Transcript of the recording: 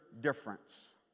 difference